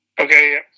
Okay